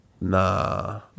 Nah